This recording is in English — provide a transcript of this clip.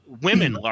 women